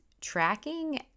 tracking